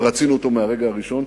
ורצינו אותו מהרגע הראשון.